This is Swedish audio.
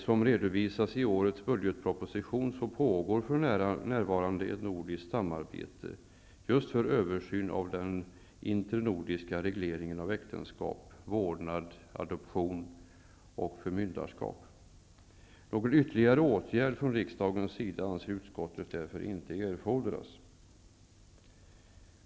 Som redovisas i årets budgetproposition pågår för närvarande ett nordiskt samarbete för översyn av den internordiska regleringen av äktenskap, vårdnad, adoption och förmyndarskap. Någon ytterligare åtgärd från riksdagens sida anser utskottet inte erfordras.